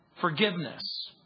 forgiveness